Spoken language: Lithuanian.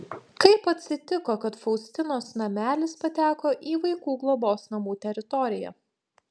kaip atsitiko kad faustinos namelis pateko į vaikų globos namų teritoriją